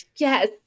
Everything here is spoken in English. Yes